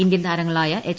Indian താരങ്ങളായ H